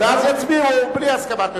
ואז יצביעו בלי הסכמת ממשלה.